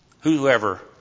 Whoever